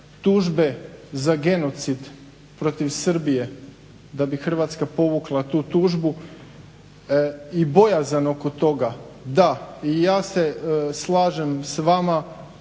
tužbe za genocid protiv Srbije. Da bi Hrvatska povukla tu tužbu i bojazan oko toga. Da i ja se slažem s vama